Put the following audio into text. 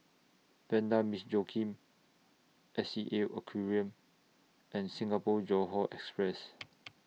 Vanda Miss Joaquim S E A Aquarium and Singapore Johore Express